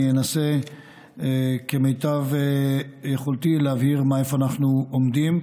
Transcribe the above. אני אנסה כמיטב יכולתי להבהיר איפה אנחנו עומדים.